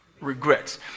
regrets